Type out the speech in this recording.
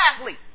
athlete